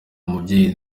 mubyeyi